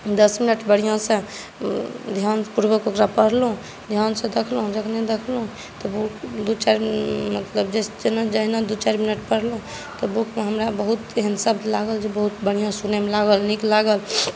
दस मिनट बढ़िआँसँ ध्यानपूर्वक ओकरा पढ़लहुँ ध्यानसँ देखलहुँ जखने देखलहुँ दू चारि मतलब जे छै जहिना दू चारि मिनट पढ़लहुँ तऽ बुकमे हमरा बहुत एहन शब्द लागल जे बहुत बढ़िआँ सुनैमे लागल नीक लागल